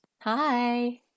Hi